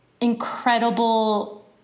incredible